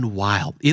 wild